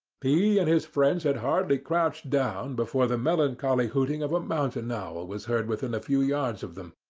he and his friends had hardly crouched down before the melancholy hooting of a mountain owl was heard within a few yards of them,